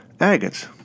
agates